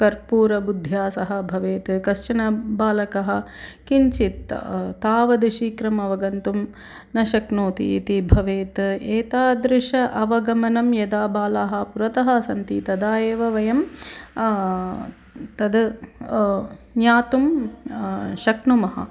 कर्पूरबुध्या सः भवेत् कश्चन बालकः किञ्चित् तावद् शीघ्रम् अवगन्तुं न शक्नोति इति भवेत् एतादृशम् अवगमनं यदा बालाः पुरतः सन्ति तदा एव वयं तद् ज्ञातुं शक्नुमः